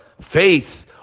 faith